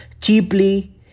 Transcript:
cheaply